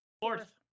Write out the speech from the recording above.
fourth